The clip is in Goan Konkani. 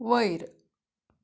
वयर